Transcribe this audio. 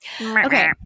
Okay